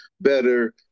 better